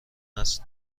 است